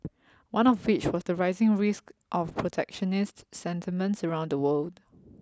one of which was the rising risk of protectionist sentiments around the world